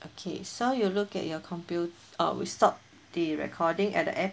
okay so you look at your compu~ oh we stop the recording at the end